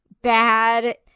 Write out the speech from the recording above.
bad